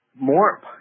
more